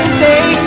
stay